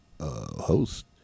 Host